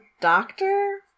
doctor